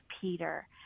Peter